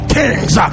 kings